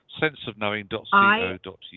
senseofknowing.co.uk